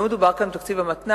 לא מדובר כאן בתקציב המתנ"ס,